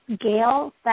Gail